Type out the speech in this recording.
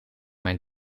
mijn